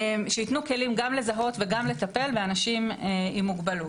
גם לזהות וגם לטפל באנשים עם מוגבלות.